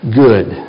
good